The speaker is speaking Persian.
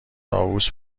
طاووس